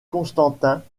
constantin